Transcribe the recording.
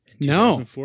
No